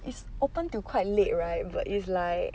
is open to quite late right but is like